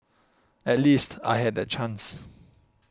at least I had that chance